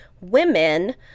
women